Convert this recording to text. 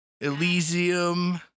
Elysium